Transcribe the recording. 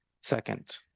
Second